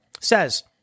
says